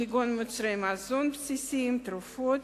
כגון מוצרי מזון בסיסיים, תרופות,